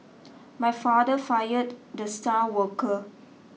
my father fired the star worker